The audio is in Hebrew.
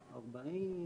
40,